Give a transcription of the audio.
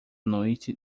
noite